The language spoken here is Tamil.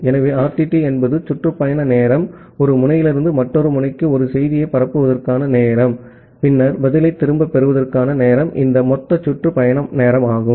ஆகவே RTT என்பது சுற்று பயண நேரம் ஒரு முனையிலிருந்து மற்றொரு முனைக்கு ஒரு செய்தியைப் பரப்புவதற்கான நேரம் பின்னர் பதிலைத் திரும்பப் பெறுவதற்கான நேரம் இந்த மொத்த சுற்று பயண நேரம் ஆகும்